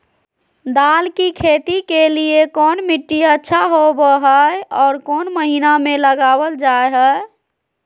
दाल की खेती के लिए कौन मिट्टी अच्छा होबो हाय और कौन महीना में लगाबल जा हाय?